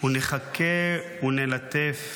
ונחכה ונלטף